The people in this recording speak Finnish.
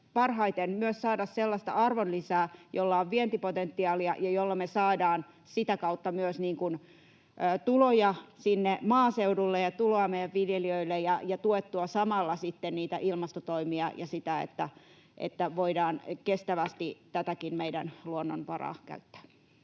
parhaiten myös saada sellaista arvonlisää, jolla on vientipotentiaalia ja jolla me saadaan myös sitä kautta tuloja maaseudulle ja tuloja meidän viljelijöille ja tuettua samalla niitä ilmastotoimia ja sitä, että voidaan kestävästi tätäkin meidän luonnonvaraa käyttää.